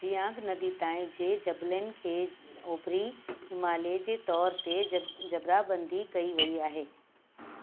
सियांग नदी ताईं जे जबलनि खे ओभिरी हिमालय जे तौर ते जब जबराबंदी कई वई आहे